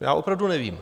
Já opravdu nevím.